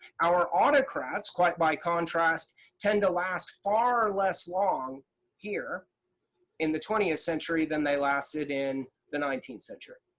our autocrats quite by contrast tend to last far less long here in the twentieth century than they lasted in the nineteenth century.